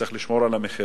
צריך לשמור על המחירים,